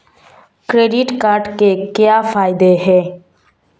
Credit card के क्या फायदे हैं?